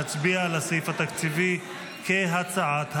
נצביע על הסעיף התקציבי כהצעת הוועדה.